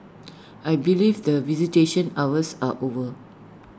I believe that visitation hours are over